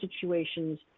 situations